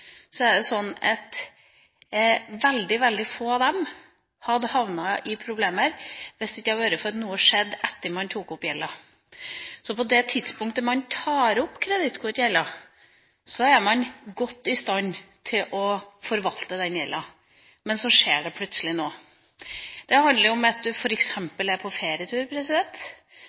veldig få av dem havnet i problemer hvis det ikke hadde vært for at noe skjedde etter at de stiftet gjelden. På det tidspunktet du stifter kredittkortgjelden, kan du godt forvalte den gjelden, men så skjer det plutselig noe. Det handler om at du f.eks. er på ferietur